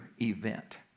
event